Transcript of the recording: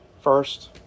first